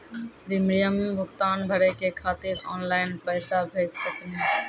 Premium भुगतान भरे के खातिर ऑनलाइन पैसा भेज सकनी?